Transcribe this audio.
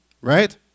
right